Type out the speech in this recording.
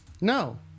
no